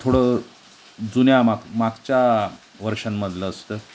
थोडं जुन्या माग मागच्या वर्षांमधलं असतं